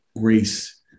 grace